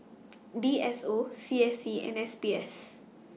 D S O C S C and S B S